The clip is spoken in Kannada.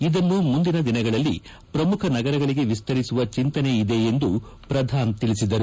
ಇದನ್ನು ಮುಂದಿನ ದಿನಗಳಲ್ಲಿ ಪ್ರಮುಖ ನಗರಗಳಿಗೆ ವಿಸ್ತರಿಸುವ ಚಿಂತನೆ ಇದೆ ಎಂದು ಪ್ರಧಾನ್ ತಿಳಿಸಿದ್ದಾರೆ